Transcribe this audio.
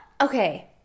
Okay